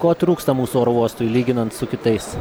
ko trūksta mūsų oro uostui lyginant su kitais